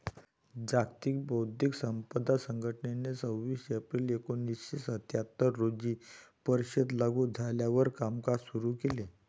जागतिक बौद्धिक संपदा संघटनेने सव्वीस एप्रिल एकोणीसशे सत्याहत्तर रोजी परिषद लागू झाल्यावर कामकाज सुरू केले